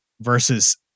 versus